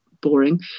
boring